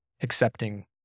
accepting